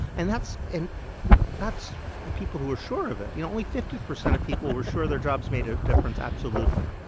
and that's and that's the people who are sure of it. you know, only fifty percent of people were sure their jobs made a difference absolutely.